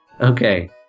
Okay